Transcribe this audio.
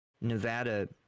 Nevada